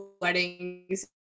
weddings